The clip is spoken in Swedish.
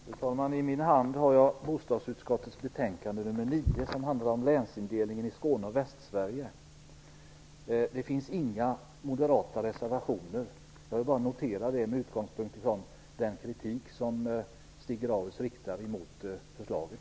Fru talman! I min hand har jag bostadsutskottets betänkande nr 9, som handlar om länsindelningen i Skåne och Västsverige. Det finns inga moderata reservationer till betänkandet. Jag vill bara notera det, med utgångspunkt i den kritik som Stig Grauers riktar mot förslaget.